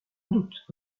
doute